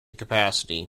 capacity